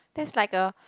that's like a